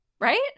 right